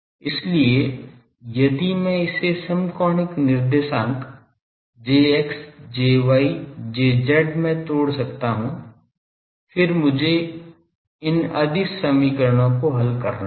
इसलिए यदि मैं इसे समकोणिक निर्देशांक Jx Jy Jz में तोड़ सकता हूं फिर मुझे इन अदिश समीकरणों को हल करना होगा